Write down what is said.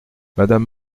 madame